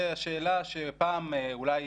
יש גם את נייר העמדה של איגוד הפסיכולוגים שנשלח לוועדה